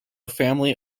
family